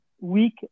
week